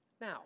Now